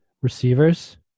receivers